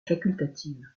facultative